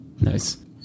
Nice